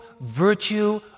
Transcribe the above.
virtue